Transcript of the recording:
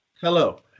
Hello